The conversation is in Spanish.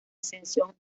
ascensión